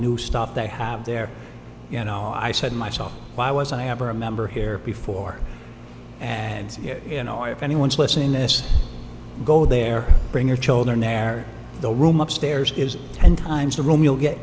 new stuff they have there you know i said myself why was i ever a member here before and you know if anyone's listening this go there bring your children there the room upstairs is ten times the ro